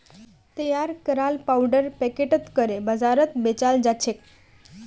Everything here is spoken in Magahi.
तैयार कराल पाउडर पैकेटत करे बाजारत बेचाल जाछेक